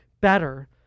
better